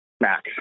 max